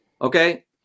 okay